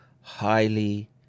highly